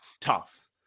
Tough